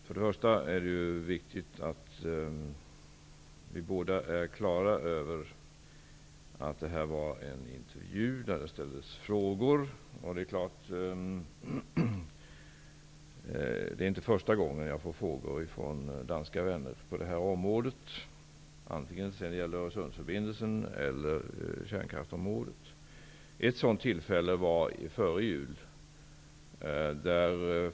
Först och främst är det viktigt att vi båda är på det klara med att detta var en intervju, där det ställdes frågor. Det är klart att det inte är första gången jag får frågor från danska vänner, antingen det gäller Ett sådant tillfälle var före jul.